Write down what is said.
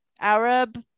Arab